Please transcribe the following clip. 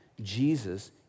Jesus